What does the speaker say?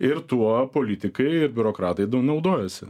ir tuo politikai ir biurokratai naudojasi